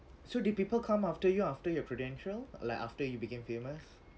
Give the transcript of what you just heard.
so did people come after you after your credential like after you became famous